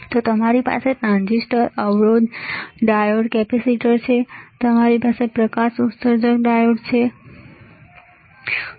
તો તમારી પાસે ટ્રાંઝિસ્ટર અવરોધ ડાયોડ કેપેસિટર છે તમારી પાસે પ્રકાશ ઉત્સર્જક ડાયોડ છે તે નથી